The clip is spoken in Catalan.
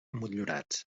motllurats